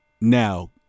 Now